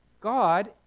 god